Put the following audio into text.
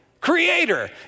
Creator